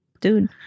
Dude